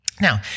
Now